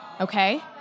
okay